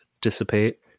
dissipate